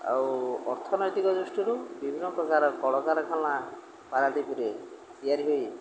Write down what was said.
ଆଉ ଅର୍ଥନୈତିକ ଦୃଷ୍ଟିରୁ ବିଭିନ୍ନ ପ୍ରକାର କଳକାରଖାନା ପାରାଦ୍ୱୀପରେ ତିଆରି ହୋଇ